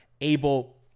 able